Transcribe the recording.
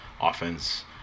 offense